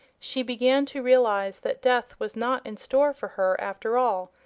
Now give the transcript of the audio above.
she began to realize that death was not in store for her, after all,